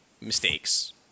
mistakes